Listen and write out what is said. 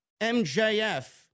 MJF